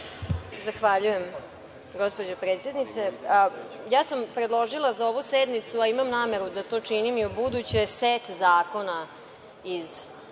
Zahvaljujem, gospođo predsednice. Ja sam predložila za ovu sednicu, a imam nameru da to činim i ubuduće, set zakona iz